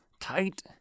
tight